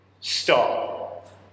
stop